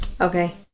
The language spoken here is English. Okay